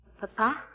Papa